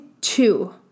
two